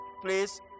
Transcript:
please